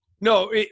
No